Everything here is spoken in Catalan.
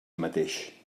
mateix